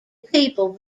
people